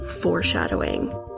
foreshadowing